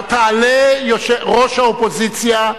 תעלה ראש האופוזיציה,